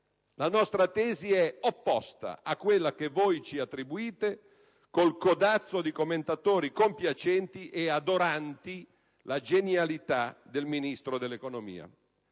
La nostra tesi è opposta a quella che voi, col codazzo di commentatori compiacenti e adoranti la "genialità" del Ministro dell'economia,